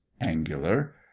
angular